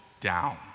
down